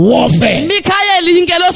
Warfare